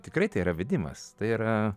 tikrai tai yra vedimas tai yra